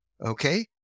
Okay